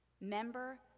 member